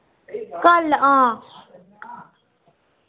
हल हां